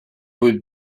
would